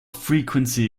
frequency